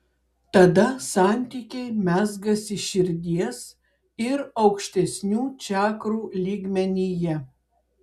tada santykiai mezgasi širdies ir aukštesnių čakrų lygmenyje